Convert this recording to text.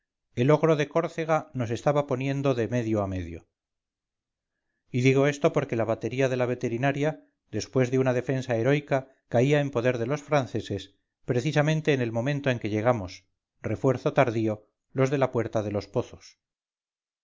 el ogro de córcega nos estaba partiendo de medio a medio y digo esto porque la batería de la veterinaria después de una defensa heroica caía en poder de los franceses precisamente en el momento en que llegamos refuerzo tardío los de la puerta de los pozos